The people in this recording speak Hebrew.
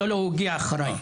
לא, לא, הוא הגיע אחריי.